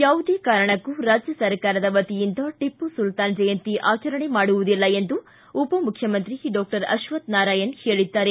ಯಾವುದೇ ಕಾರಣಕ್ಕೂ ರಾಜ್ಯ ಸರ್ಕಾರದ ವತಿಯಿಂದ ಟಿಪ್ಪು ಸುಲ್ತಾನ್ ಜಯಂತಿ ಆಚರಣೆ ಮಾಡುವುದಿಲ್ಲ ಎಂದು ಉಪಮುಖ್ಯಮಂತ್ರಿ ಡಾಕ್ಟರ್ ಅಶ್ವತ್ಥ್ ನಾರಾಯಣ್ ಹೇಳಿದ್ದಾರೆ